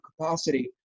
capacity